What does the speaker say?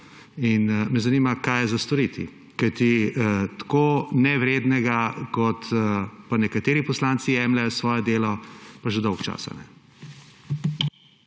In me zanima, kaj je za storiti. Kajti tako nevrednega, kot pa nekateri poslanci jemljejo svoje delo, pa že dolgo časa ne.